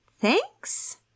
Thanks